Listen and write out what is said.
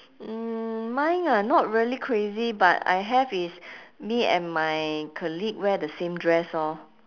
mm mine ah not really crazy but I have is me and my colleague wear the same dress orh